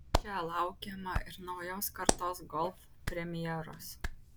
čia laukiama ir naujos kartos golf premjeros